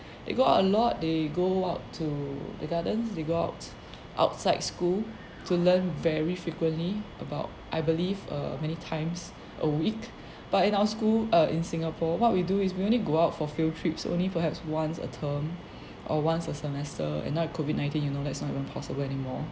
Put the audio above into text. they go out a lot they go out to the gardens they go out outside school to learn very frequently about I believe uh many times a week but in our schools uh in singapore what we do is we only go out for field trips only perhaps once a term or once a semester and now with COVID nineteen you know that's not even possible anymore